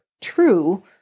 true